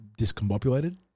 discombobulated